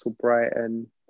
Brighton